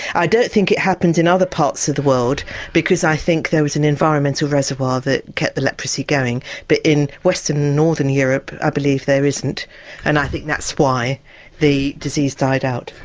i don't think it happened in other parts of the world because i think there was an environmental reservoir that kept the leprosy going but in western and northern europe i believe there isn't and i think that's why the disease died out.